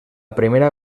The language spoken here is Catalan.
primera